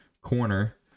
corner